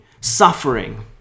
suffering